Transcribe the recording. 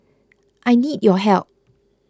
I need your help